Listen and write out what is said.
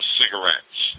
cigarettes